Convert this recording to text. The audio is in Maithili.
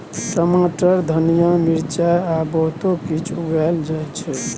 टमाटर, धनिया, मिरचाई आ बहुतो किछ उगाएल जाइ छै